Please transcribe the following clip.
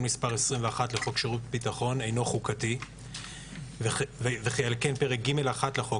מס' 21 לחוק שירות הביטחון אינו חוקתי וכי על כן פרק ג(1) לחוק,